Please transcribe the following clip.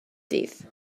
dydd